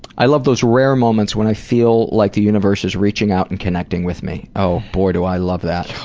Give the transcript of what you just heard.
i love those rare moments when i feel like the universe is reaching out and connecting with me. oh boy, do i love that.